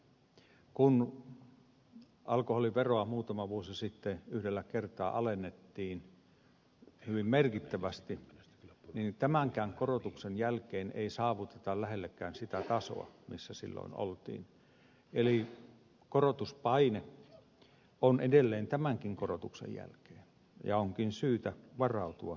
kun alkoholiveroa muutama vuosi sitten yhdellä kertaa alennettiin hyvin merkittävästi niin tämänkään korotuksen jälkeen ei saavuteta läheskään sitä tasoa jolla silloin oltiin eli korotuspainetta on edelleen tämänkin korotuksen jälkeen ja onkin syytä varautua seuraavaan korotukseen